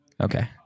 Okay